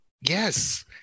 yes